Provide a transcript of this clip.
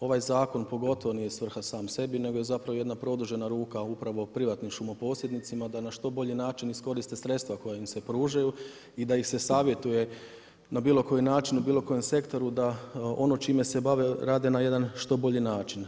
Ovaj zakon pogotovo nije svrha sam sebi, nego je zapravo jedna produžena ruka upravo privatnim šumoposjednicima da na što bolji način iskoriste sredstva koja im se pružaju, i da ih se savjetuje na bilo koji način, u bilo kojem sektoru da ono čime se bave rade na jedan što bolji način.